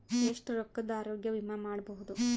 ಎಷ್ಟ ರೊಕ್ಕದ ಆರೋಗ್ಯ ವಿಮಾ ಮಾಡಬಹುದು?